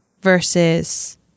versus